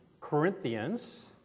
Corinthians